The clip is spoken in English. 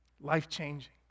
life-changing